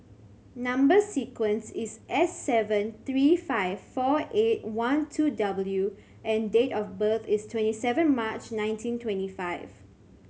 number sequence is S seven three five four eight one two W and date of birth is twenty seven March nineteen twenty five